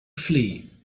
flee